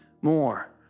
More